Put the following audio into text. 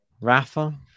Rafa